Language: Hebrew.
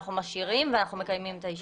שאנחנו משאירים ואנחנו מקיימים את הישיבה.